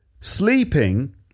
Sleeping